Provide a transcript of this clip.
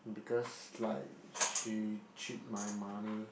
because like she cheat my money